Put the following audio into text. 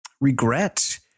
regret